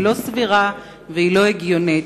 היא לא סבירה והיא לא הגיונית.